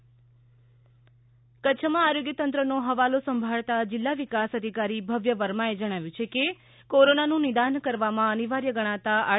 કચ્છમાં corona lab કચ્છમાં આરોગ્ય તંત્રનો હવાલો સાંભળતા જિલ્લા વિકાસ અધિકારી ભવ્ય વર્મા એ જણાવ્યૂ છે કે કોરોનાનું નિદાન કરવામાં અનિવાર્ય ગણાતા આર